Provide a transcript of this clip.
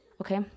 Okay